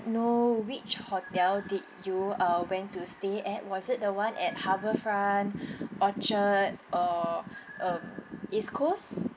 know which hotel did you uh went to stay at was it the one at harbourfront orchard or um east coast